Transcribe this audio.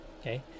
okay